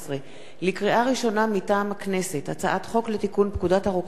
מטעם הכנסת: הצעת חוק לתיקון פקודת הרוקחים (מס' 22)